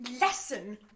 lesson